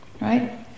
Right